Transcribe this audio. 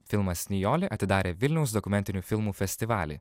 filmas nijolė atidarė vilniaus dokumentinių filmų festivalį